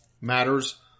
matters